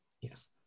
Yes